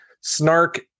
snark